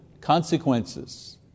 consequences